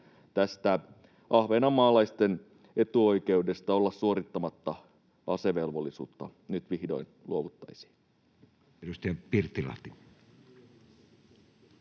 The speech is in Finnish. tästä ahvenanmaalaisten etuoikeudesta olla suorittamatta asevelvollisuutta nyt vihdoin luovuttaisiin?